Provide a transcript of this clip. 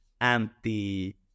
anti